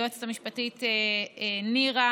ליועצת המשפטית נירה,